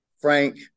Frank